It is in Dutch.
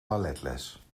balletles